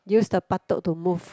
use the buttock to move